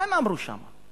מה הם אמרו שם?